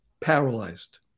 paralyzed